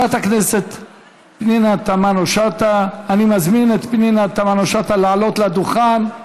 אני מזמין את חברת הכנסת פנינה תמנו-שטה לעלות לדוכן.